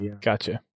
Gotcha